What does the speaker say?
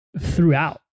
throughout